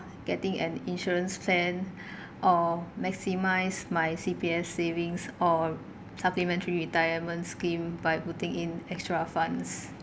getting an insurance plan or maximise my C_P_F savings or supplementary retirement scheme by putting in extra funds